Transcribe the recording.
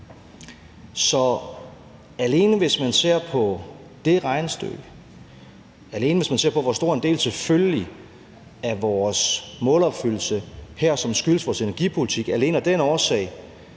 Så alene hvis man ser på det regnestykke, og hvis man ser på, hvor stor en del af vores målopfyldelse her, som skyldes vores energipolitik, er det